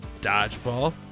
Dodgeball